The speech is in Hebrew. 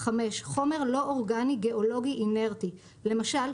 חומר לא-אורגני גיאולוגי אינרטי למשל,